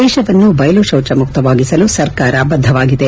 ದೇಶವನ್ನು ಬಯಲು ಶೌಚಮುಕವಾಗಿಸಲು ಸರ್ಕಾರ ಬಧವಾಗಿದೆ